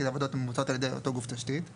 כי זה עבודות שנעשות על ידי אותו גוף תשתית שברשותו.